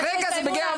כרגע זה בגדר המלצה.